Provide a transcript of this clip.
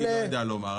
אני לא יודע בדיוק לומר,